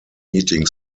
meeting